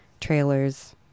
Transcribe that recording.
trailers